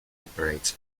operates